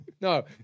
No